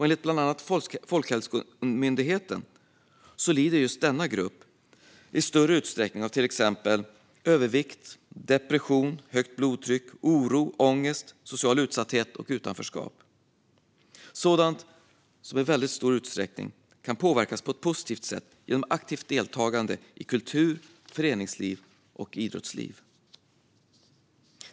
Enligt bland annat Folkhälsomyndigheten lider denna grupp i större utsträckning av till exempel övervikt, depression, högt blodtryck, oro, ångest, social utsatthet och utanförskap - sådant som i väldigt stor utsträckning kan påverkas på ett positivt sätt genom aktivt deltagande i kultur, förenings och idrottsliv.